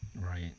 Right